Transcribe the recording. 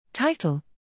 Title